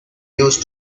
used